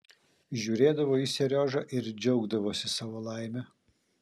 žiūrėdavo į seriožą ir džiaugdavosi savo laime